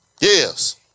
Yes